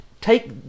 take